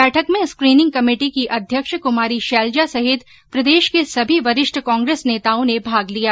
बैठक में screening committee की अध्यक्ष कुमारी शैलेजा सहित प्रदेश के सभी वरिष्ठ कांग्रेस नेताओं ने भाग लिया